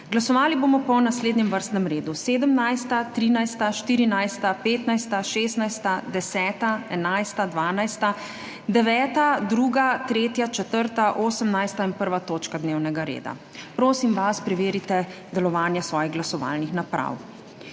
Glasovali bomo po naslednjem vrstnem redu: 17., 13., 14., 15., 16., 10., 11., 12., 9., 2., 3., 4., 18. in 1. točka dnevnega reda. Prosim vas, preverite delovanje svojih glasovalnih naprav.